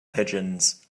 pigeons